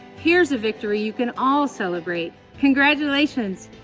here's a victory you can all celebrate. congratulations,